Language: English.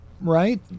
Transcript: right